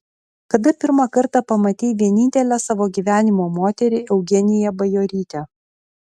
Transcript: kada pirmą kartą pamatei vienintelę savo gyvenimo moterį eugeniją bajorytę